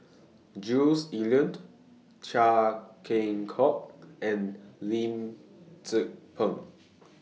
Jules Itier Chia Keng Hock and Lim Tze Peng